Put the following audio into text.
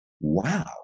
wow